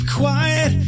quiet